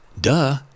duh